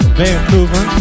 vancouver